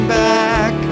back